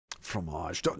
Fromage